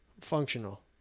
functional